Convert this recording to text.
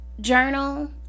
journal